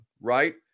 right